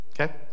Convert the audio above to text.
Okay